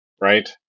right